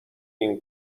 این